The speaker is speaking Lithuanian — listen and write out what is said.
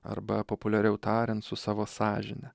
arba populiariau tariant su savo sąžine